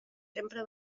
sempre